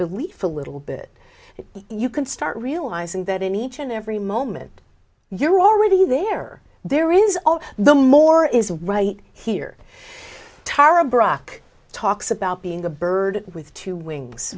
belief a little bit you can start realizing that in each and every moment you're already there there is all the more is right here tara brock talks about being a bird with two wings